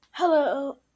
Hello